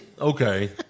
Okay